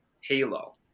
Halo